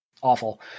awful